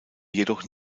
jedoch